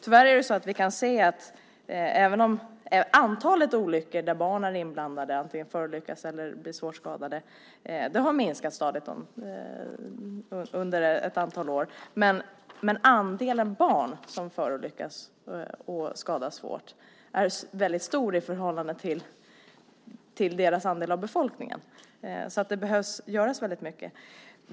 Tyvärr kan vi se att även om antalet olyckor där barn är inblandade, antingen förolyckas eller blir svårt skadade, har minskat stadigt under ett antal år är andelen barn som förolyckas och skadas svårt väldigt stor i förhållande till deras andel av befolkningen. Man behöver alltså göra väldigt mycket.